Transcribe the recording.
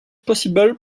possible